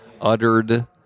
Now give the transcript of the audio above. uttered